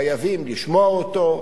חייבים לשמוע אותו,